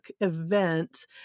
event